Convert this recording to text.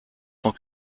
tant